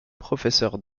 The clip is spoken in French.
professeur